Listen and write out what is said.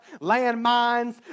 landmines